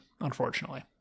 Unfortunately